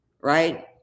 right